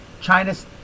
China's